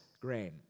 grain